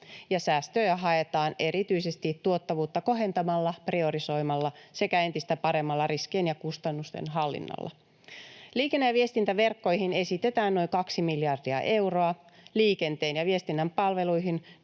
säästöjä haetaan erityisesti tuottavuutta kohentamalla, priorisoimalla sekä entistä paremmalla riskien ja kustannusten hallinnalla. Liikenne‑ ja viestintäverkkoihin esitetään noin 2 miljardia euroa, liikenteen ja viestinnän palveluihin